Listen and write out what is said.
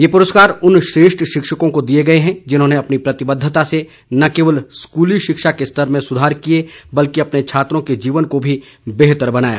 ये पुरस्कार उन श्रेष्ठ शिक्षकों को दिये गये हैं जिन्होंने अपनी प्रतिबद्धता से न केवल स्कूली शिक्षा के स्तर में सुधार किये बल्कि अपने छात्रों के जीवन को भी बेहतर बनाया